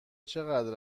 چقدر